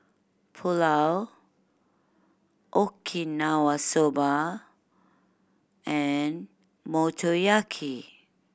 Pulao Okinawa Soba and Motoyaki